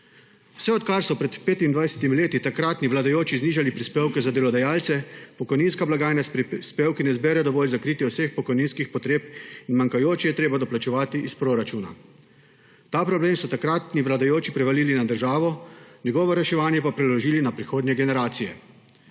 Vse odkar so pred 25 leti takratni vladajoči znižali prispevke za delodajalce, pokojninska blagajna s prispevki ne zbere dovolj za kritje vseh pokojninskih potreb in manjkajoče je treba doplačevati iz proračuna. Ta problem so takratni vladajoči prevalili na državo, njegovo reševanje pa preložili na prihodnje generacije.